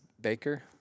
baker